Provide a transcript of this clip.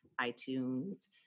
iTunes